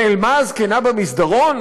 נעלמה הזקנה במסדרון?